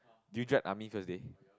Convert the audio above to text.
did you dread army first day